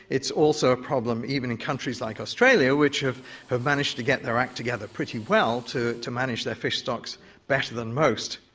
it's also a problem, even in countries like australia which have have managed to get their acts together pretty well to to manage their fish stocks better than most.